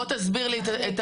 בוא תסביר לי מה